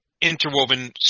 interwoven